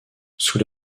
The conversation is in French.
sous